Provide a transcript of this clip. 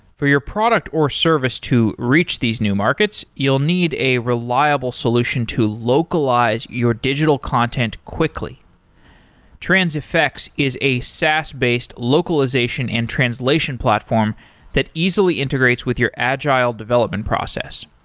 for your product or service to reach these new markets, you'll need a reliable solution to localize your digital content quickly transifex is a saas-based localization and translation platform that easily integrates with your agile development process.